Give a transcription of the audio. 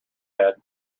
head